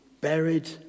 buried